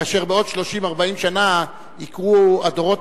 כאשר בעוד 30 40 שנה יקראו הדורות